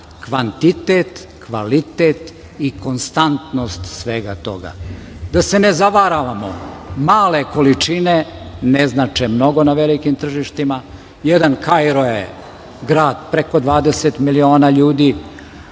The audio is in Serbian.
kvantitet, kvalitet i konstantnost svega toga. Da se ne zavaravamo, male količine ne znače mnogo na velikim tržištima. Jedan Kairo je grad preko 20 miliona ljudi,